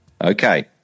Okay